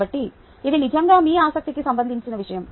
కాబట్టి ఇది నిజంగా మీ ఆసక్తికి సంబంధించిన విషయం